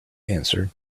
answered